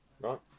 Right